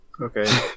Okay